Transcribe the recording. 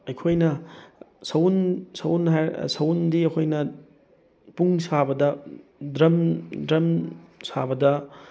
ꯑꯩꯈꯣꯏꯅ ꯁꯎꯟ ꯁꯎꯟꯗꯤ ꯑꯩꯈꯣꯏꯅ ꯄꯨꯡ ꯁꯥꯕꯗ ꯗ꯭ꯔꯝ ꯗ꯭ꯔꯝ ꯁꯥꯕꯗ